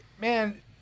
man